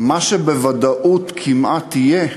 מה שבוודאות כמעט יהיה,